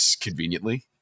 conveniently